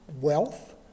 wealth